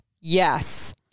Yes